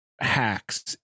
hacks